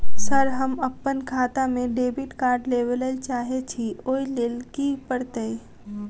Sir हम अप्पन खाता मे डेबिट कार्ड लेबलेल चाहे छी ओई लेल की परतै?